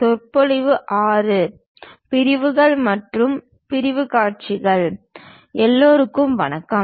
சொற்பொழிவு 46 மற்றும் 47 பிரிவுகள் மற்றும் பிரிவு காட்சிகள் போட்டி எல்லோருக்கும் வணக்கம்